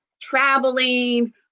traveling